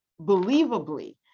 believably